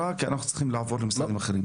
ואליד אלהואשלה (רע"מ,